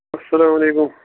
اَسلامُ علیکُم